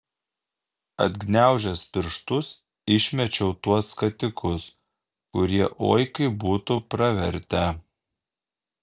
atgniaužęs pirštus išmečiau tuos skatikus kurie oi kaip būtų pravertę